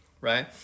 right